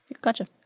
Gotcha